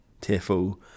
tearful